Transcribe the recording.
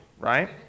right